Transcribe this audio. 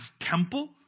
temple